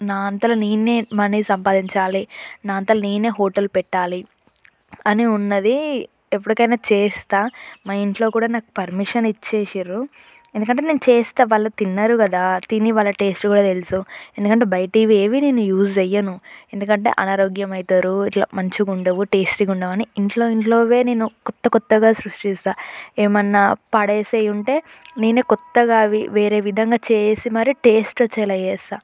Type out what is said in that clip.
నా అంతలో నేనే మనీ సంపాదించాలి నా అంతలో నేనే హోటల్ పెట్టాలి అని ఉన్నది ఎప్పటికైనా చేస్తాను మా ఇంట్లో కూడా నాకు పర్మిషన్ ఇచ్చేసారు ఎందుకంటే నేను చేస్తాను వాళ్ళు తిన్నారు కదా తిని వాళ్ళ టేస్ట్ కూడా తెలుసు ఎందుకంటే బయటవి ఏవీ నేను యూస్ చెయ్యను ఎందుకంటే అనారోగ్యమైతరు ఇట్లా మంచిగా ఉండవు టేస్టీగా ఉండవు అని ఇంట్లో ఇంట్లోవే నేను కొత్త కొత్తగా సృష్టిస్తా ఏమైనా పడేసేవి ఉంటే నేనే కొత్తగా అవి వేరే విధంగా చేసి మరి టేస్ట్ వచ్చేలా చేస్తాను